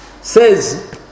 says